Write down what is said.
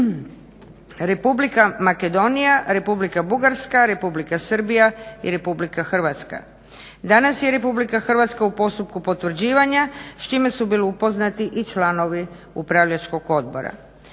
Republika Makedonija, Republika Bugarska, Republika Srbija i Republika Hrvatska. Danas je RH u postupku potvrđivanja s čime su bili upoznati i članovi upravljačkog odbora.